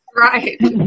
Right